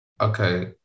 Okay